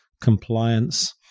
compliance